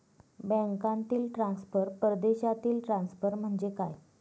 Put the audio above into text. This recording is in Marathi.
बँकांतील ट्रान्सफर, परदेशातील ट्रान्सफर म्हणजे काय?